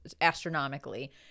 astronomically